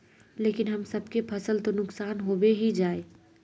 लेकिन हम सब के फ़सल तो नुकसान होबे ही जाय?